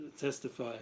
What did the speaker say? testify